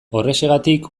horrexegatik